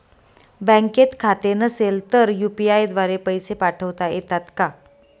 बँकेत खाते नसेल तर यू.पी.आय द्वारे पैसे पाठवता येतात का?